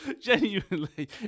Genuinely